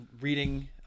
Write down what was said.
reading